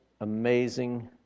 amazing